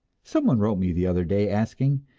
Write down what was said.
someone wrote me the other day, asking,